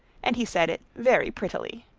and he said it very prettily.